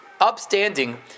upstanding